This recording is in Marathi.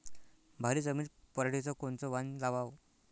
भारी जमिनीत पराटीचं कोनचं वान लावाव?